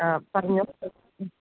ആ പറഞ്ഞോ